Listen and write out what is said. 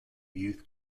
youth